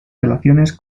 relaciones